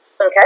Okay